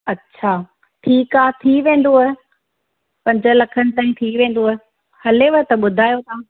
अच्छा ठीकु आहे थी वेंदव पंज लखनि ताईं थी वेंदव हलेव त ॿुधायो तव्हां